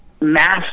mass